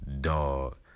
dog